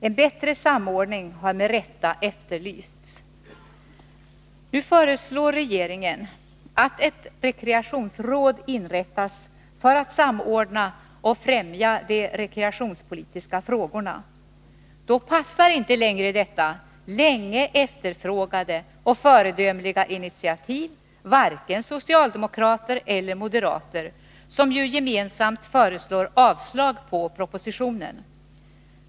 En bättre samordning har med rätta efterlysts. Nu föreslår regeringen att ett rekreationsråd inrättas för att samordna och främja de rekreationspolitiska frågorna. Då passar inte längre detta länge efterfrågade och föredömliga initiativ vare sig socialdemokrater eller moderater, som ju gemensamt föreslår avslag på propositionen.